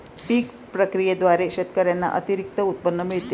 पीक प्रक्रियेद्वारे शेतकऱ्यांना अतिरिक्त उत्पन्न मिळते